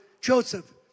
Joseph